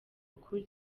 ukuri